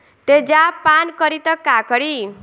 तेजाब पान करी त का करी?